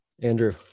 Andrew